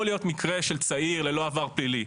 להיות מקרה של צעיר ללא עבר פלילי,